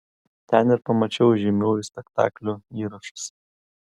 ten ir pamačiau žymiųjų spektaklių įrašus